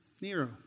Nero